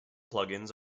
plugins